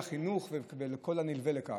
לחינוך ולכל הנלווה לכך,